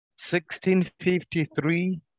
1653